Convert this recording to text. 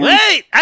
Wait